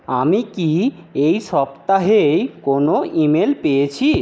আমি কি এই সপ্তাহেই কোনও ইমেল পেয়েছি